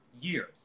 years